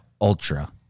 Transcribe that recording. Ultra